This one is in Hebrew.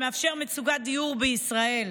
שמאפשר פתרון למצוקת הדיור בישראל.